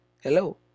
Hello